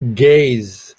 gaze